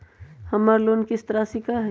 हमर लोन किस्त राशि का हई?